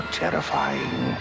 terrifying